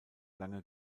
lange